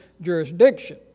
jurisdiction